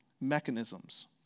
mechanisms